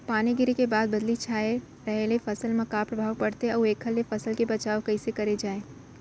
पानी गिरे के बाद बदली छाये रहे ले फसल मा का प्रभाव पड़थे अऊ एखर ले फसल के बचाव कइसे करे जाये?